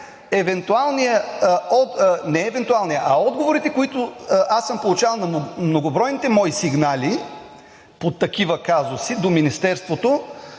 отговорите, които съм получавал на многобройните мои сигнали по такива казуси до Министерството.